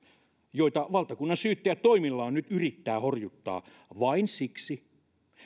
joita valtakunnansyyttäjä toimillaan nyt yrittää horjuttaa vain siksi